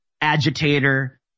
agitator